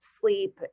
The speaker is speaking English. sleep